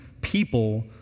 people